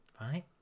right